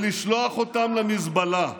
ולשלוח אותם למזבלה.